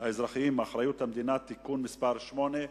האזרחיים (אחריות המדינה) (תיקון מס' 8),